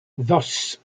thus